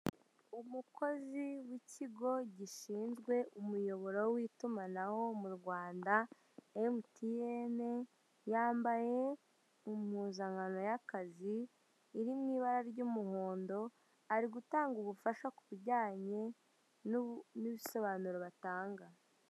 Umukozi w'ikigo gishinzwe umuyoboro w'itumanaho mu Rwanda MTN, yambaye impuzankano y'akazi iri mu ibara ry'umuhondo, ari gutanga ubufasha ku bijyanye n'ibisobanuro batanga.